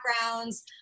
backgrounds